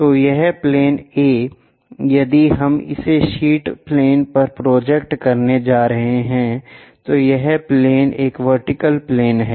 तो यह plane A यदि हम इसे शीट प्लेन पर प्रोजेक्ट करने जा रहे हैं तो यह प्लेन एक वर्टिकल प्लेन है